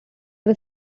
was